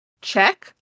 check